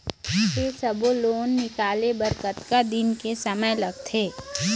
ये सब्बो लोन निकाले बर कतका दिन के समय लगथे?